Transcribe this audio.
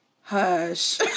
Hush